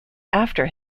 after